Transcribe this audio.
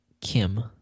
Kim